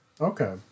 Okay